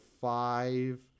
five